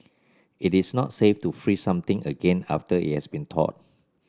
it is not safe to freeze something again after it has been thawed